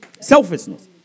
Selfishness